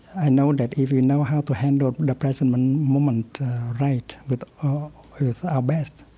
i know that if you know how to handle the present moment right, with ah with our best,